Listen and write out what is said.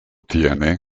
tiene